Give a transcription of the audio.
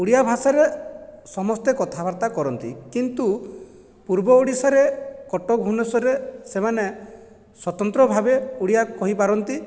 ଓଡ଼ିଆ ଭାଷାରେ ସମସ୍ତେ କଥାବାର୍ତ୍ତା କରନ୍ତି କିନ୍ତୁ ପୂର୍ବ ଓଡ଼ିଶାରେ କଟକ ଭୁବନେଶ୍ୱରରେ ସେମାନେ ସ୍ୱତନ୍ତ୍ର ଭାବେ ଓଡ଼ିଆ କହି ପାରନ୍ତି